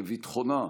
לביטחונה,